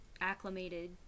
acclimated